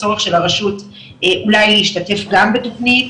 הצורך של הרשות אולי להשתתף גם בתוכנית,